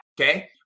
Okay